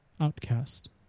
Outcast